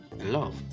love